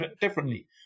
differently